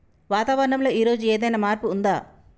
వాతావరణం లో ఈ రోజు ఏదైనా మార్పు ఉందా?